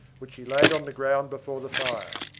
which he laid on the ground before the fire.